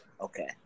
Okay